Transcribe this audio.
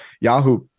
Yahoo